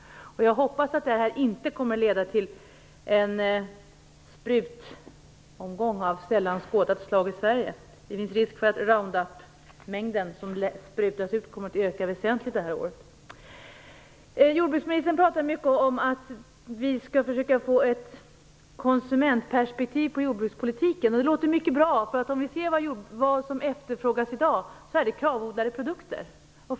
Jag hoppas att det inte kommer att leda till en sprutomgång av sällan skådat slag i Sverige. Det finns risk för att den round-up-mängd som kommer att sprutas ut kommer att öka väsentligt nästa år. Jordbruksministern talade mycket om att vi skall försöka få ett konsumentperspektiv på jordbrukspolitiken. Det låter mycket bra. Om vi ser vad som efterfrågas i dag finner vi att det är KRAV odlade produkter.